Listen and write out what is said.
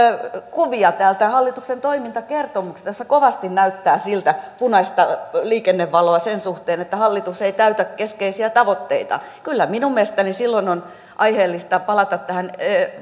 kuvia hallituksen toimintakertomuksista joissa kovasti näyttää olevan punaista liikennevaloa sen suhteen että hallitus ei täytä keskeisiä tavoitteitaan kyllä minun mielestäni silloin on aiheellista palata tähän